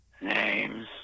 names